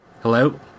Hello